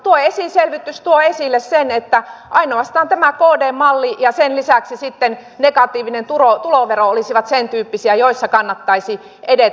tuo esiselvitys tuo esille sen että ainoastaan tämä kdn malli ja sen lisäksi sitten negatiivinen tulovero olisivat sen tyyppisiä joissa kannattaisi edetä